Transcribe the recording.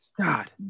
God